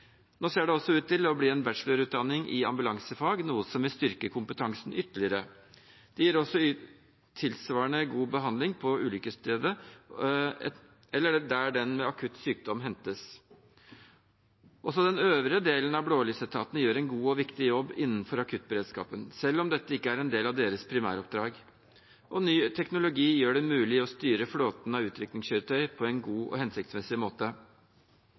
Nå ser det også ut til at det blir en bachelorutdanning i ambulansefag, noe som vil styrke kompetansen ytterligere. Det gir også tilsvarende god behandling på ulykkesstedet eller der den med akutt sykdom hentes. Også den øvrige delen av blålysetaten gjør en god og viktig jobb innenfor akuttberedskapen, selv om dette ikke er en del av deres primæroppdrag. Ny teknologi gjør det mulig å styre flåten av utrykningskjøretøy på en god og hensiktsmessig måte.